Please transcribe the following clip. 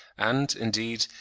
and, indeed,